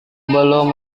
belum